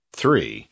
three